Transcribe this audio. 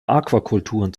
aquakulturen